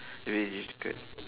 really difficult